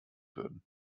würden